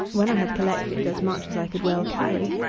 when i had collected as much as i could well carry,